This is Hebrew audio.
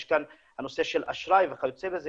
יש כאן נושא של אשראי וכיוצא בזה,